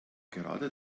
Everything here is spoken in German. gerade